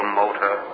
motor